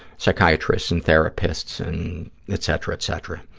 psychiatrists and therapists, and etc, etc.